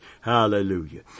Hallelujah